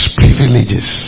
privileges